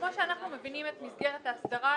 כמו שאנחנו מבינים את מסגרת ההסדרה,